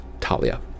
Talia